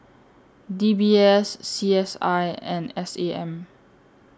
D B S C S I and S A M